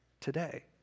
today